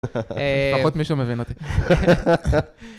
לפחות מישהו מבין אותי.